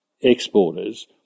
exporters